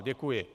Děkuji.